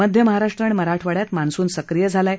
मध्य महाराष्ट्र आणि मराठवाड्यात मान्सून सक्रिय झाला आहे